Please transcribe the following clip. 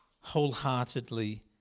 wholeheartedly